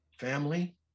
family